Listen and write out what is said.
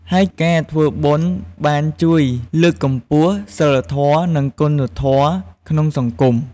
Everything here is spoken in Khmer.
ហើយការធ្វើបុណ្យបានជួយលើកកម្ពស់សីលធម៌ និងគុណធម៌ក្នុងសង្គម។